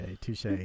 touche